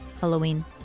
Halloween